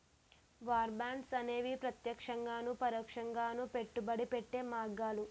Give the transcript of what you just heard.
war bonds అనేవి ప్రత్యక్షంగాను పరోక్షంగాను పెట్టుబడి పెట్టే మార్గాలు